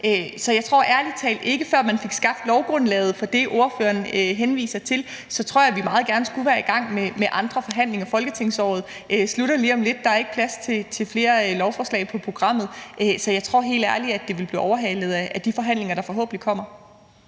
Så jeg tror ærlig talt, at vi, før vi fik skabt lovgrundlaget for det, ordføreren henviser til, meget gerne skulle være i gang med andre forhandlinger. Folketingsåret slutter lige om lidt; der er ikke plads til flere lovforslag på programmet. Så jeg tror helt ærligt, at det vil blive overhalet af de forhandlinger, der forhåbentlig kommer.